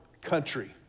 country